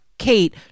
Kate